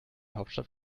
hauptstadt